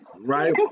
Right